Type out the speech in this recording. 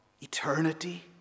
eternity